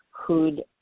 who'd